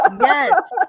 Yes